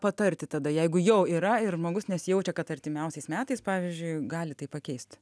patarti tada jeigu jau yra ir žmogus nesijaučia kad artimiausiais metais pavyzdžiui gali tai pakeisti